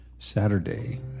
Saturday